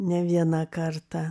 ne vieną kartą